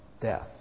death